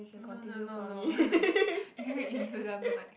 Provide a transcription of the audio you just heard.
no no no no you can read into the mic